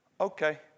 Okay